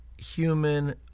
human